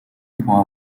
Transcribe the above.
pour